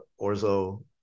orzo